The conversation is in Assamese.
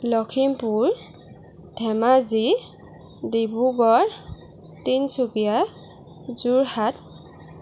লখিমপুৰ ধেমাজী ডিব্ৰুগড় তিনিচুকীয়া যোৰহাট